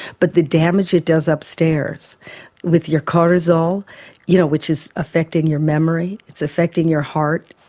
but the damage it does upstairs with your cortisol you know which is affecting your memory, it's affecting your heart.